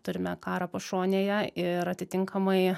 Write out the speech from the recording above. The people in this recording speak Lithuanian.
turime karą pašonėje ir atitinkamai